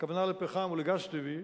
הכוונה לפחם ולגז טבעי,